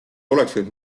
oleksid